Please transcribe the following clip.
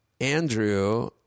Andrew